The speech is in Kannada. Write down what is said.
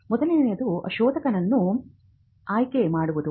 ಮೊದಲನೆಯದು ಶೋಧಕನನ್ನು ಆಯ್ಕೆಮಾಡುವುದು